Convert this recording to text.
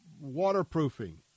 waterproofing